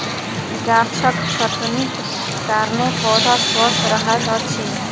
गाछक छटनीक कारणेँ पौधा स्वस्थ रहैत अछि